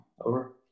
Over